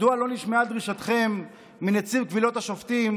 מדוע לא נשמעה דרישתכם מנציב קבילות השופטים